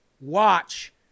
watch